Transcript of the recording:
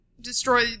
destroy